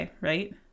right